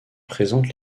présente